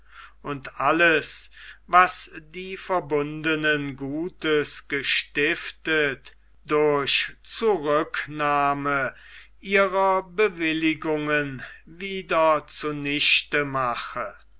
und alles was die verbundenen gutes gestiftet durch zurücknahme ihrer bewilligungen wieder zunichte mache